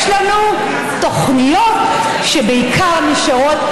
יש לנו תוכניות שבעיקר נשארות,